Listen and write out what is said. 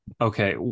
okay